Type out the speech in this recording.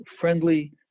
friendly